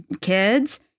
kids